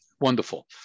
Wonderful